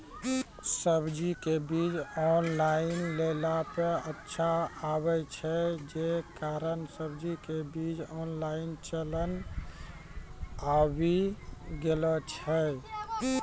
सब्जी के बीज ऑनलाइन लेला पे अच्छा आवे छै, जे कारण सब्जी के बीज ऑनलाइन चलन आवी गेलौ छै?